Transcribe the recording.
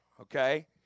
okay